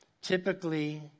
typically